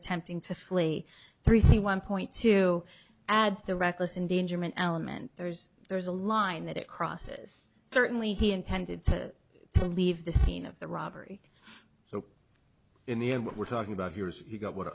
attempting to flee three c one point two adds the reckless endangerment element there's there's a line that it crosses certainly he intended to leave the scene of the robbery so in the end what we're talking about here is he got